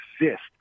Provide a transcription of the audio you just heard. exist